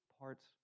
parts